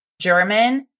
German